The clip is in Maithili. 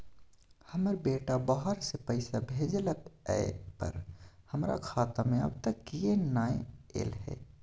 हमर बेटा बाहर से पैसा भेजलक एय पर हमरा खाता में अब तक किये नाय ऐल है?